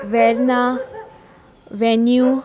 वॅर्नान्यू